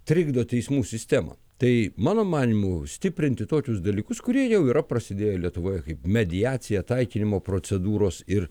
trikdo teismų sistemą tai mano manymu stiprinti tokius dalykus kurie jau yra prasidėję lietuvoje kaip mediacija taikinimo procedūros ir